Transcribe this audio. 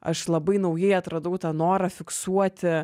aš labai naujai atradau tą norą fiksuoti